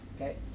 okay